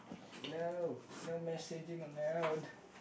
no no messaging allowed